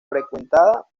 frecuentada